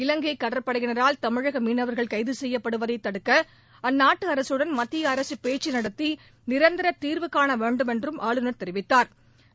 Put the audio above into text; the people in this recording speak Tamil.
இலங்கை கடற்படையினரால் தமிழக மீனவர்கள் கைது செய்யப்படுவதைத் தடுக்க அந்நாட்டு அரசுடன் மத்திய அரசு பேச்சு நடத்தி நிரந்தர தீாவுகாண வேண்டுமென்றும் ஆளுநர் தெரிவித்தாா்